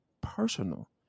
personal